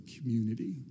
community